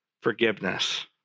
forgiveness